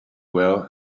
well